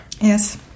Yes